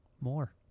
More